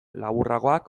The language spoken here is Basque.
laburragoak